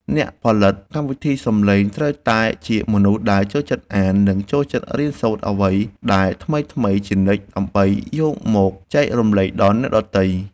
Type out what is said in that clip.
អ្នកផលិតកម្មវិធីសំឡេងត្រូវតែជាមនុស្សដែលចូលចិត្តអាន និងចូលចិត្តរៀនសូត្រអ្វីដែលថ្មីៗជានិច្ចដើម្បីយកមកចែករំលែកដល់អ្នកដទៃ។